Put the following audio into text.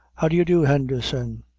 how do you do, henderson?